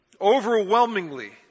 Overwhelmingly